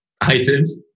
items